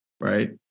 Right